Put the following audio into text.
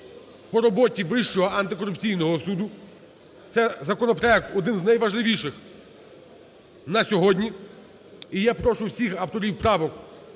по роботі Вищого антикорупційного суду. Це законопроект один із найважливіших на сьогодні, і я прошу всіх авторів правок